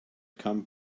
come